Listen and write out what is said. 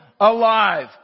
alive